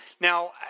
now